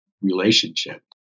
relationship